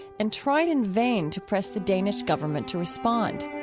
and tried in vain to press the danish government to respond.